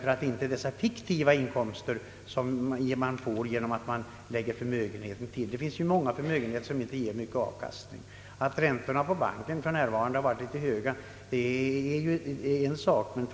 Man skall inte räkna med de fiktiva inkomster, som man kan få genom att lägga till del av eventuella förmögenheter. Många förmögenheter ger inte någon större avkastning. Att bankräntorna för närvarande är litet högre än tidigare är en sak för sig; räntor räknas ju helt som inkomst.